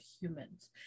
humans